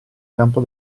campo